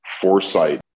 foresight